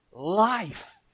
Life